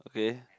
okay